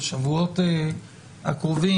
בשבועות הקרובים.